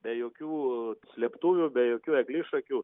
be jokių slėptuvių be jokių eglišakių